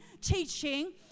teaching